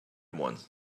ones